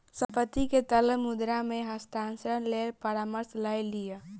संपत्ति के तरल मुद्रा मे हस्तांतरणक लेल परामर्श लय लिअ